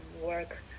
work